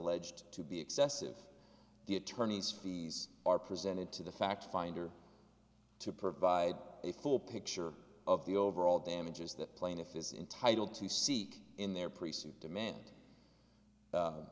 alleged to be excessive the attorney's fees are presented to the fact finder to provide a full picture of the overall damages that plaintiff is entitle to seek in their precinct demand